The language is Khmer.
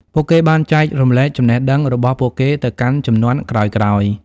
ពួកគេបានចែករំលែកចំណេះដឹងរបស់ពួកគេទៅកាន់ជំនាន់ក្រោយៗ។